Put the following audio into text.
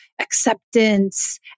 acceptance